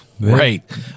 Right